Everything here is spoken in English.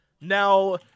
now